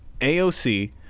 AOC